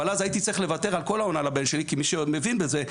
אבל אז הייתי צריך לוותר על כל העונה לבן שלי כי מי שמבין בזה,